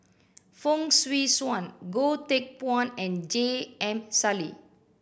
Fong Swee Suan Goh Teck Phuan and J M Sali